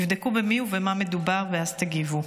תבדקו במי ובמה מדובר ואז תגיבו.